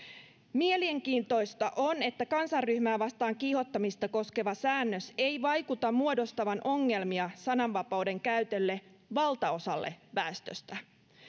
mielenkiintoista on että kansanryhmää vastaan kiihottamista koskeva säännös ei vaikuta muodostavan ongelmia sananvapauden käytölle valtaosalle väestöstä